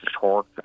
torque